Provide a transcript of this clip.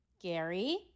Gary